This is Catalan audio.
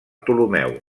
ptolemeu